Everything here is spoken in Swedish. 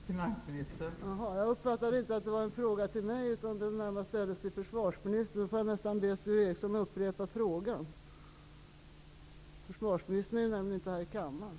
Fru talman! Jag uppfattade inte att det var en fråga till mig. Den var närmast ställd till försvarsministern. Jag får be Sture Ericson att upprepa frågan. Försvarsministern är nämligen inte i kammaren.